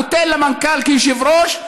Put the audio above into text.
נותן למנכ"ל כיושב-ראש,